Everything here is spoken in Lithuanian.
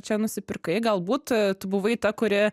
čia nusipirkai galbūt tu buvai ta kuri